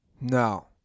No